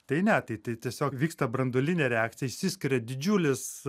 tai ne tai tai tiesiog vyksta branduolinė reakcija išsiskiria didžiulis